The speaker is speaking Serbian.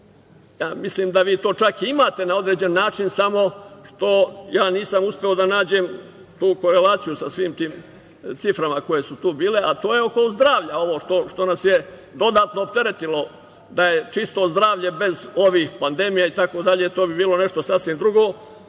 mislim da vi to čak i imate na određen način samo što ja nisam uspeo da nađem tu korelaciju sa svim tim ciframa koje su tu bile, a to je oko zdravlja, što nas je dodatno opteretilo, da je čisto zdravlje bez ovih pandemija itd. to bi bilo nešto sasvim drugo,